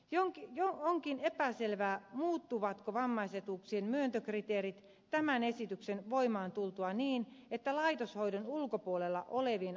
onkin epäselvää muuttuvatko vammais etuuksien myöntökriteerit tämän esityksen voimaan tultua niin että laitoshoidon ulkopuolella olevien asema heikkenee